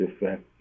effect